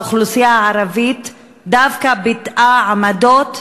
האוכלוסייה הערבית דווקא ביטאה עמדות,